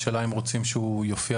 השאלה היא: האם רוצים שהוא יופיע,